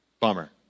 bummer